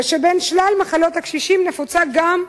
ושבין שלל מחלות הקשישים נפוצה גם,